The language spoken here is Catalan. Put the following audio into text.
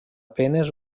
penes